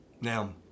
Now